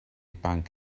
banc